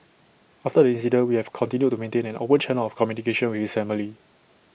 after the incident we have continued to maintain an open channel of communication with his family